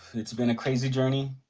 it's been a crazy journey,